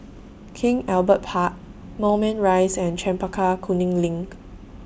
King Albert Park Moulmein Rise and Chempaka Kuning LINK